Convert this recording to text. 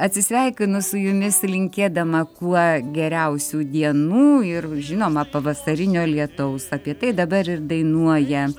atsisveikinu su jumis linkėdama kuo geriausių dienų ir žinoma pavasarinio lietaus apie tai dabar ir dainuoja